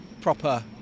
proper